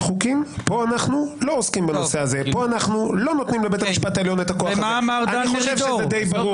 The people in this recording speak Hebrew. נניח שבית המשפט ייתן